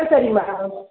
ஆ சரிம்மா